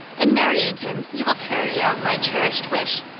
in marrying him you will carry out my cherished wish.